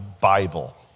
Bible